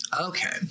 Okay